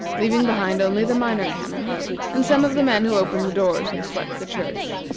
leaving behind only the minor canon and some of the men who opened the doors and swept the church.